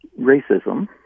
racism